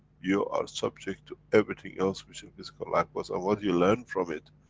you are subject to everything else which in physical life was, and what you learn from it,